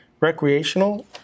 recreational